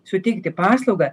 suteikti paslaugą